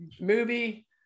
movie